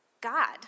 God